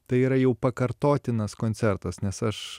tai yra jau pakartotinas koncertas nes aš